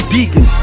Deacon